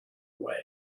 away